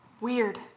weird